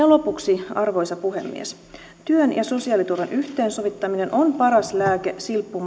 lopuksi arvoisa puhemies työn ja sosiaaliturvan yhteensovittaminen on paras lääke